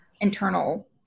internal